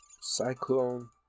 Cyclone